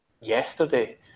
yesterday